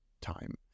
time